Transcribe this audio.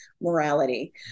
morality